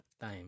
time